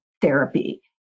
therapy